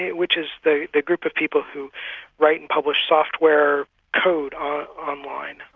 which is the group of people who write and published software code ah online.